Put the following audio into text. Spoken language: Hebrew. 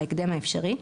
בהקדם האפשרי,